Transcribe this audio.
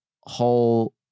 whole